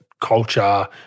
culture